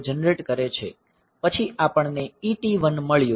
પછી આપણને ET1 મળ્યો